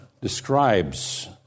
describes